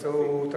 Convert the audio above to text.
איזו ועדה?